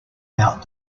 about